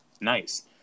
nice